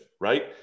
right